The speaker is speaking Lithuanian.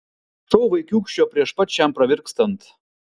šou vaikiūkščio prieš pat šiam pravirkstant